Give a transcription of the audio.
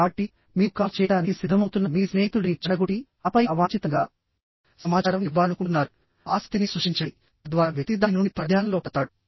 కాబట్టి మీరు కాల్ చేయడానికి సిద్ధమవుతున్న మీ స్నేహితుడిని చెడగొట్టిఆపై అవాంఛితంగా సమాచారం ఇవ్వాలనుకుంటున్నారుఆసక్తిని సృష్టించండితద్వారా వ్యక్తి దాని నుండి పరధ్యానంలో పడతాడు